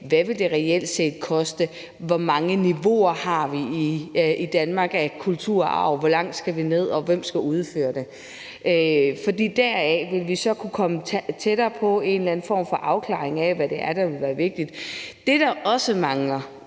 Hvad vil det reelt set koste? Hvor mange niveauer af kulturarv har vi i Danmark? Hvor langt skal vi ned? Og hvem skal udføre det? For deraf ville vi så kunne komme tættere på en eller anden form for afklaring af, hvad det er, der ville være vigtigt. Det, der også mangler,